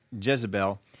Jezebel